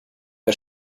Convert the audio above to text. die